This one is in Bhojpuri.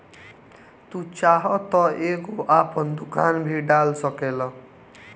तू चाहत तअ एगो आपन दुकान भी डाल सकेला